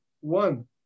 one